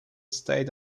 stayed